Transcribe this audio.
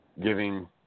giving